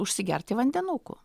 užsigerti vandenuku